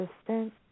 assistant